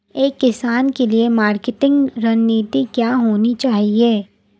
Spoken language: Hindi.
एक किसान के लिए मार्केटिंग रणनीति क्या होनी चाहिए?